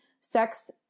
sex